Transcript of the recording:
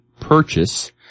purchase